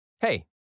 Hey